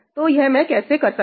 तो यह मैं कैसे करता हूं